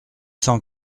cent